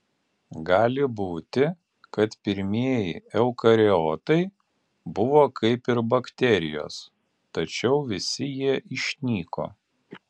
gali būti kad pirmieji eukariotai buvo kaip ir bakterijos tačiau visi jie išnyko